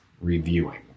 reviewing